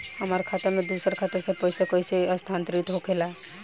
हमार खाता में दूसर खाता से पइसा कइसे स्थानांतरित होखे ला?